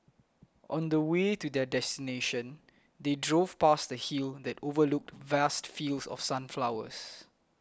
on the way to their destination they drove past a hill that overlooked vast fields of sunflowers